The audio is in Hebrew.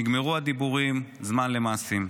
נגמרו הדיבורים, זמן למעשים.